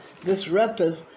disruptive